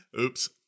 Oops